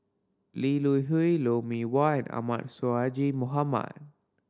Lee Hui Lou Mee Wah Ahmad Sonhadji Mohamad